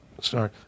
sorry